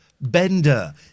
Bender